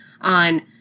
on